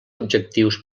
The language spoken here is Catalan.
objectius